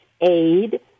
Aid